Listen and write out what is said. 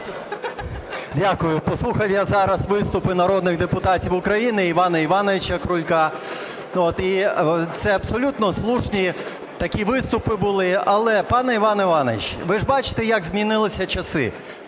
Дякую. Послухав я зараз виступи народних депутатів України, Івана Івановича Крулька… І це абсолютно слушні такі виступи були. Але, пане Іване Івановичу, ви ж бачите як змінилися часи.